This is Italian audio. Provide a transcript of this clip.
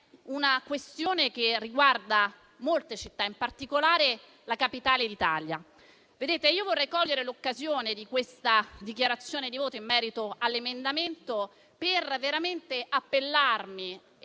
questione che riguarda molte città, in particolare la capitale d'Italia. Vorrei cogliere l'occasione di questa dichiarazione di voto in merito all'emendamento in esame per formulare